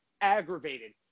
aggravated